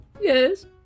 Yes